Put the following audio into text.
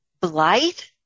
blight